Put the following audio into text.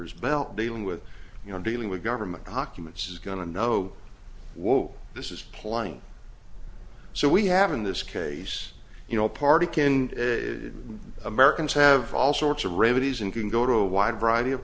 his belt dealing with you know dealing with government documents is going to know what this is plenty so we have in this case you know party can americans have all sorts of readies and can go to a wide variety of